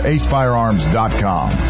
AceFirearms.com